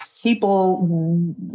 people